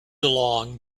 along